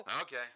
Okay